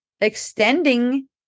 extending